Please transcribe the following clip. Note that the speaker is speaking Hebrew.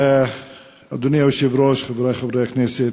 אדוני היושב-ראש, חברי חברי הכנסת,